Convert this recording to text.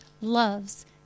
loves